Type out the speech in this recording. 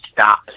stop